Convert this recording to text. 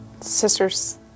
sisters